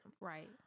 Right